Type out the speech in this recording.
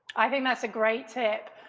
i think that's a great tip.